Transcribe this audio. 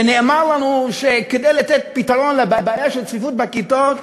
ונאמר לנו שכדי לתת פתרון לבעיה של צפיפות בכיתות